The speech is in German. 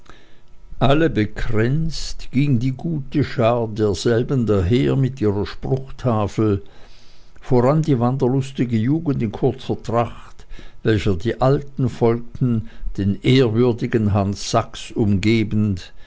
alle bekränzt ging die gute schar derselben daher mit ihrer spruchtafel voran die wanderlustige jugend in kurzer tracht welcher die alten folgten den ehrwürdigen hans sachs umgebend